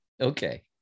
okay